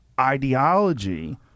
ideology